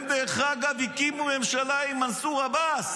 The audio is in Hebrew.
הם הקימו ממשלה עם מנסור עבאס,